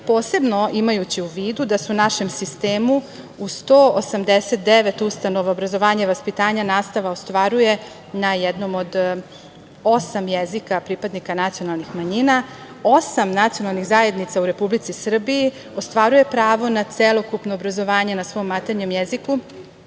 posebno imajući u vidu da se u našem sistemu u 189 ustanova obrazovanja i vaspitanja nastava ostvaruje na jednom od osam jezika pripadnika nacionalnih manjina. Osam nacionalnih zajednica u Republici Srbiji ostvaruje pravo na celokupno obrazovanje na svom maternjem jeziku.